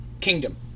kingdom